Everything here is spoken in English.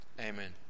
Amen